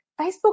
Facebook